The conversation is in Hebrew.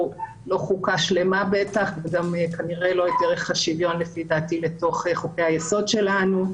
פה חוקה שלימה וגם לא יקראו את ערך השוויון לתוך חוקי היסוד שלנו.